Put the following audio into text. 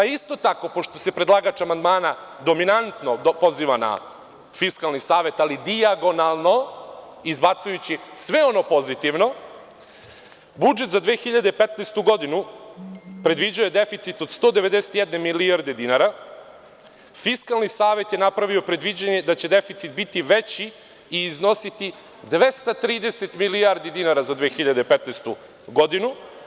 Isto tako, pošto se predlagač amandmana dominantno poziva na Fiskalni savet, ali dijagonalno, izbacujući sve ono pozitivno, budžet za 2015. godinu predviđao je deficit od 191 milijarde dinara, a Fiskalni savet je napravio predviđanje da će deficit biti veći i iznositi 230 milijardi dinara za 2015. godinu.